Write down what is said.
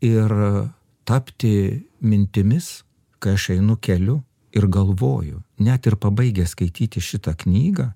ir tapti mintimis kai aš einu keliu ir galvoju net ir pabaigęs skaityti šitą knygą